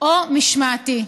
או משמעתי.